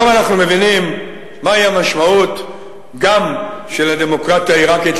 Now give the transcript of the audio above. עכשיו אנחנו מבינים מהי המשמעות גם של הדמוקרטיה העירקית.